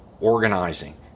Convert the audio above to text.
organizing